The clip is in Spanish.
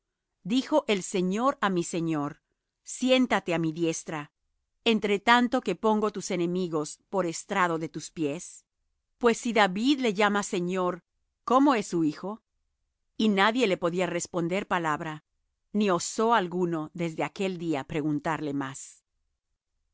dijo el señor á mi señor siéntate á mi diestra entre tanto que pongo tus enemigos por estrado de tus pies pues si david le llama señor cómo es su hijo y nadie le podía responder palabra ni osó alguno desde aquel día preguntarle más